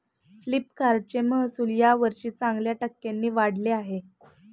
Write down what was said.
फ्लिपकार्टचे महसुल यावर्षी चांगल्या टक्क्यांनी वाढले आहे